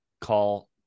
call